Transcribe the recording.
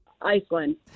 Iceland